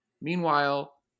Meanwhile